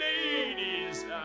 Ladies